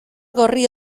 gorri